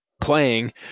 playing